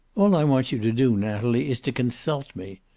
all i want you to do, natalie, is to consult me.